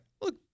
Look